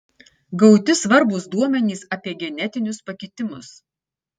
gauti svarbūs duomenys apie genetinius pakitimus